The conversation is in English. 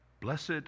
Blessed